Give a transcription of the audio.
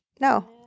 no